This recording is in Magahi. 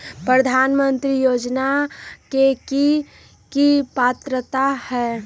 प्रधानमंत्री योजना के की की पात्रता है?